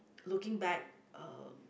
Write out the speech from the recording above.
looking back uh